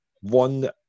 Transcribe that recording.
one